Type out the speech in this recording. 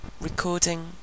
Recording